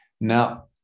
now